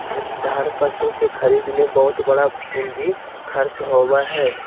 दुधारू पशु के खरीद में बहुत बड़ा पूंजी खर्च होबय हइ